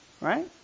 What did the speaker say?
Right